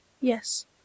Yes